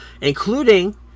including